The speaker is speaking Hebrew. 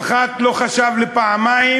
המח"ט לא חשב פעמיים,